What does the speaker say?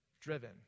driven